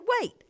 wait